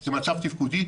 זה מצב תפקודי,